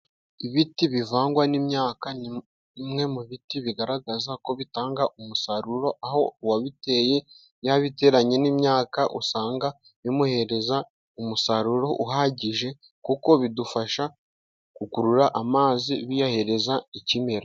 Ibiti bivangwa n'imyaka ni bimwe mu biti bigaragaza ko bitanga umusaruro aho uwabiteye yabiteranye n'imyaka usanga bimuhereza umusaruro uhagije kuko bidufasha gukurura amazi biyahereza ikimera.